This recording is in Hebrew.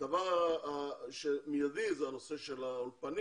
הדבר המיידי הוא נושא האולפנים,